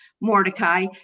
Mordecai